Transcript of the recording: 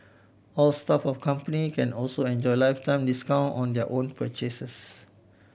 all staff of company can also enjoy lifetime discount on their own purchases